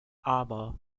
arbor